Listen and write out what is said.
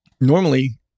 normally